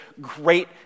great